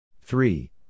three